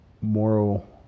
moral